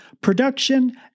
production